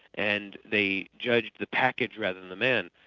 and the judged the package rather than the man.